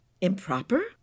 Improper